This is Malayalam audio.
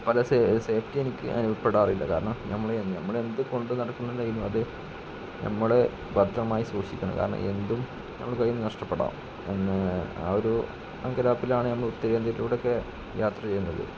പല സേഫ്റ്റിയെനിക്ക് അനുഭവപ്പെടാറില്ല കാരണം നമ്മള് നമ്മളെന്ത് കൊണ്ടു നടക്കുന്നുണ്ടെങ്കിലും അത് നമ്മള് ഭദ്രമായി സൂക്ഷിക്കണം കാരണം എന്തും നമ്മളെ കയ്യില്നിന്ന് നഷ്ടപ്പെടാം പിന്നെ ആ ഒരു അങ്കലാപ്പിലാണ് നമ്മളുത്തരേന്ത്യയിലൂടെയൊക്കെ യാത്ര ചെയ്യുന്നത്